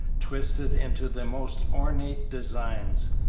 twisted into the most ornate designs,